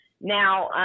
Now